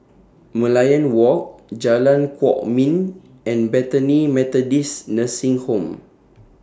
Merlion Walk Jalan Kwok Min and Bethany Methodist Nursing Home